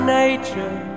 nature